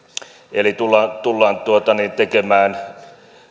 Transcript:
eli tullaan tullaan tekemään